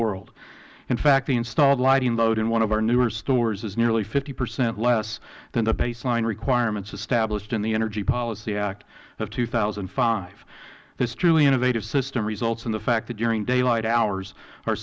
world in fact the installed lighting load in one of our newer stores is nearly fifty percent less than the baseline requirements established in the energy policy act of two thousand and five this truly innovative system results in the fact that during daylight hours o